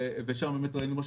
שם באמת ראינו משהו